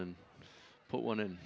and put one in